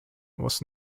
was